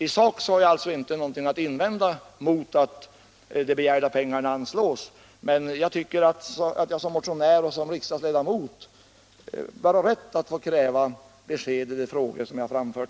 I sak har jag alltså ingenting att invända mot att de begärda pengarna anslås, men jag tycker att jag som motionär och riksdagsledamot bör ha rätt att kräva besked i de frågor jag här har framfört.